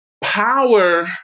power